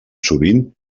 sovint